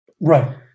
Right